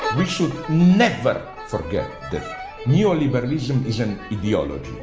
we should never forget that neoliberalism is an ideology.